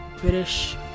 British